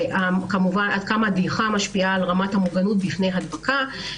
ועד כמה הדעיכה משפיעה על רמת המוגנות בפני הדבקה,